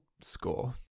score